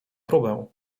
próbę